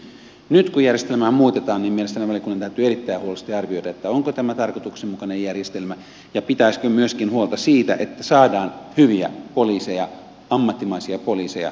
nyt kun järjestelmää muutetaan niin mielestäni valiokunnan täytyy erittäin huolellisesti arvioida onko tämä tarkoituksenmukainen järjestelmä ja pitääkö se myöskin huolta siitä että saadaan hyviä poliiseja ammattimaisia poliiseja